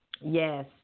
Yes